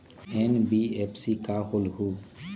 NBFC का होलहु?